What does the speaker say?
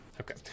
Okay